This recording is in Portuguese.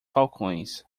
falcões